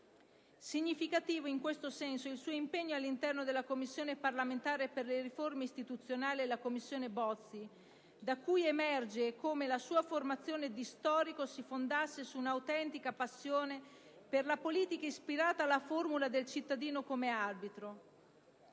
Significativo, in questo senso, è il suo impegno all'interno della Commissione parlamentare per le riforme istituzionali, la cosiddetta Commissione Bozzi, da cui emerge come la sua formazione di storico si fondasse su un'autentica passione per la politica ispirata alla formula del cittadino come arbitro.